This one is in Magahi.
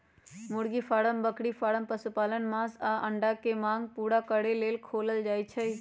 मुर्गी फारम बकरी फारम पशुपालन मास आऽ अंडा के मांग पुरा करे लेल खोलल जाइ छइ